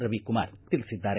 ರವಿಕುಮಾರ ತಿಳಿಸಿದ್ದಾರೆ